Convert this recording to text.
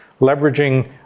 leveraging